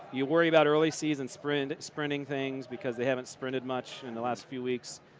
you worry about early season sprinting sprinting things because they haven't sprinted much in the last few weeks.